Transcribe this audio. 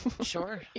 Sure